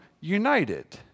united